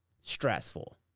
stressful